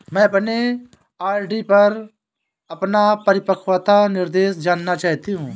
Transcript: मैं अपने आर.डी पर अपना परिपक्वता निर्देश जानना चाहती हूँ